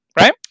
right